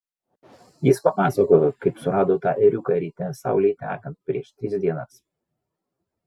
jis papasakojo kaip surado tą ėriuką ryte saulei tekant prieš tris dienas